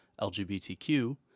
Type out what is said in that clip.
LGBTQ